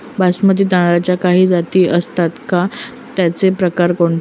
बासमती तांदळाच्या काही जाती असतात का, त्याचे प्रकार कोणते?